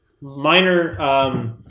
minor